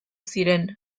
ziren